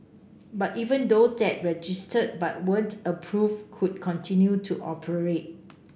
but even those that registered but weren't approved could continue to operate